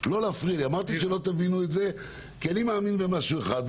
אמרתי שלא תבינו את זה, כי אני מאמין במשהו אחד,